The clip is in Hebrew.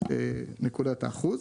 נקודת האחוז.